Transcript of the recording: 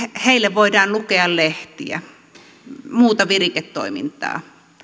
voidaan lukea heille lehtiä tehdä muuta viriketoimintaa